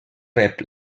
rep